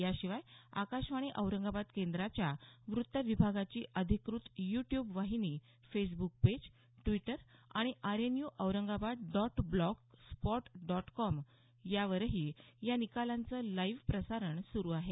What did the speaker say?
याशिवाय आकाशवाणी औरंगाबाद केंद्राच्या वृत्त विभागाची अधिकृत यू ट्यूब वाहिनी फेसबूक पेज ड्विटर आणि RNU Aurangabad dot blog spot dot com वरही या निकालांचं लाईव्ह प्रसारण सुरू आहे